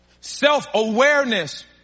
Self-awareness